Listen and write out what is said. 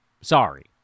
Sorry